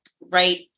right